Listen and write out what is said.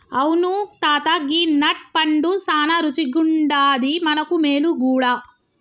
అవును తాత గీ నట్ పండు సానా రుచిగుండాది మనకు మేలు గూడా